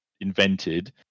invented